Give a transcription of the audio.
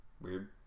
weird